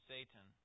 Satan